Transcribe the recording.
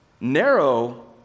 Narrow